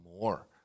more